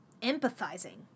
empathizing